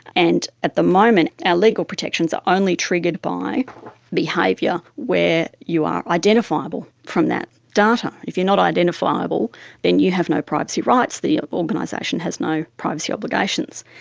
and at the moment our ah legal protections are only triggered by behaviour where you are identifiable from that data. if you're not identifiable then you have no privacy rights, the organisation has no privacy obligations.